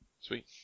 Sweet